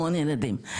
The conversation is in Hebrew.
המון ילדים,